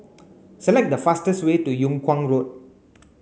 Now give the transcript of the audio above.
select the fastest way to Yung Kuang Road